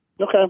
Okay